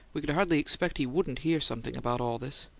we could hardly expect he wouldn't hear something about all this.